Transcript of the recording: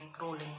rolling